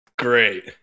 Great